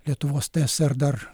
lietuvos tsr dar